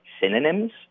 synonyms